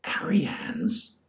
Ariane's